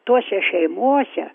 tose šeimose